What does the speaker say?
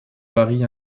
varie